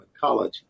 college